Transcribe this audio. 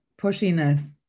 pushiness